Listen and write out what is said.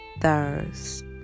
thirst